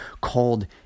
called